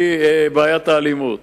היא בעיית האלימות.